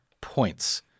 points